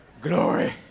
Glory